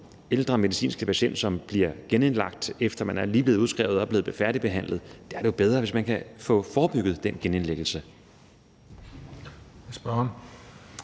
ældre medicinske patient, som bliver genindlagt, efter vedkommende lige er blevet udskrevet og færdigbehandlet: Der er det jo bedre, hvis man kan få forebygget den genindlæggelse.